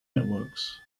networks